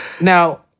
Now